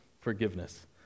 forgiveness